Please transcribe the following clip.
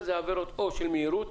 זה עבירות או של מהירות